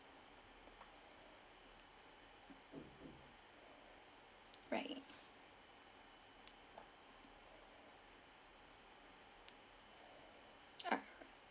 right ah